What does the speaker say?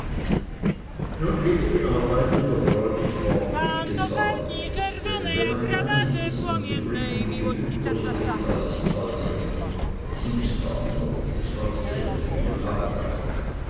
nun lief die arbeit wieder freudig fort wie gesalbet denn wenn man einig ist und zufrieden die gemüter so geht alles ds halb ringer und es tat not es war sehr viele arbeit